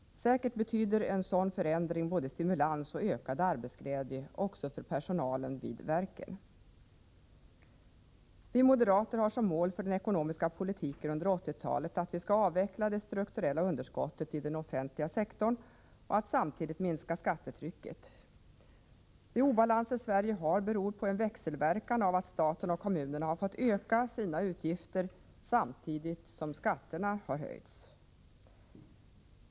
Säkert betyder en sådan förändring både stimulans och ökad arbetsglädje också för personalen vid verken. Vi moderater har som mål för den ekonomiska politiken under 1980-talet att vi skall avveckla det strukturella underskottet i den offentliga sektorn och samtidigt minska skattetrycket. De obalanser Sverige har beror på en växelverkan av att staten och kommunerna har fått öka sina utgifter samtidigt som skatterna höjts.